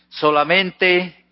Solamente